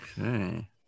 Okay